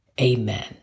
Amen